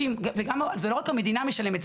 זה לא רק המדינה משלמת,